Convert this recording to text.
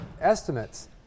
estimates